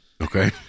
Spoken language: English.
Okay